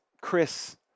Chris